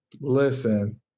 listen